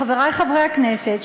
חברי חברי הכנסת,